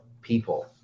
people